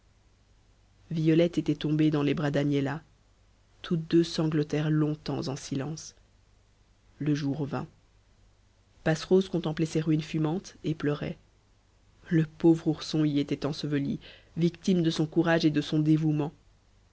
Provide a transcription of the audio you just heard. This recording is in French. violette était tombée dans les bras d'agnella toutes deux sanglotèrent longtemps en silence le jour vint passerose contemplait ces ruines fumantes et pleurait le pauvre ourson y était enseveli victime de son courage et de son dévouement